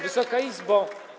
Wysoka Izbo!